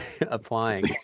applying